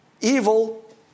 evil